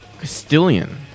Castilian